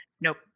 Nope